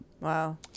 Wow